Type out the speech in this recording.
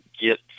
get